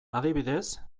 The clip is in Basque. adibidez